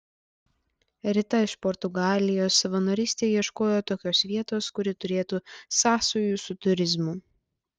rita iš portugalijos savanorystei ieškojo tokios vietos kuri turėtų sąsajų su turizmu